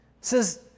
says